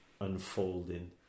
unfolding